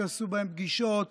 שיעשו בהם פגישות,